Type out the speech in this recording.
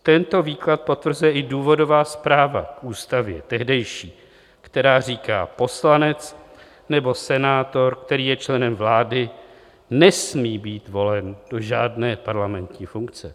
Tento výklad potvrzuje i důvodová zpráva k tehdejší ústavě, která říká, že poslanec nebo senátor, který je členem vlády, nesmí být volen do žádné parlamentní funkce.